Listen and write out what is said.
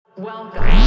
Welcome